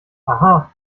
aha